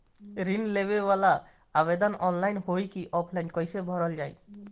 ऋण लेवेला आवेदन ऑनलाइन होई की ऑफलाइन कइसे भरल जाई?